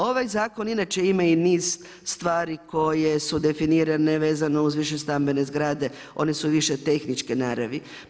Ovaj zakon inače ima i niz stvari koje su definirane vezano uz više stambene zgrade, one su više tehničke naravi.